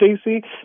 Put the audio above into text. Stacey